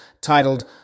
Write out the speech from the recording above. titled